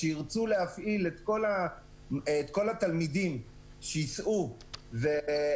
עת ירצו התלמידים יחזרו ללמוד ויצטרכו הסעה,